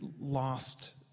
lost